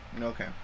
Okay